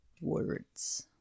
words